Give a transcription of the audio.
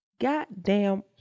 Goddamn